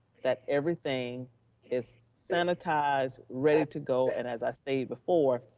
that everything is sanitized, ready to go. and as i stayed before,